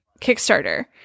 kickstarter